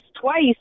twice